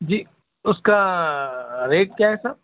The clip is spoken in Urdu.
جی اُس کا ریٹ کیا ہے صاحب